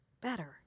better